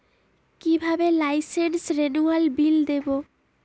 কিভাবে লাইসেন্স রেনুয়ালের বিল দেবো?